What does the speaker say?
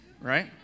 right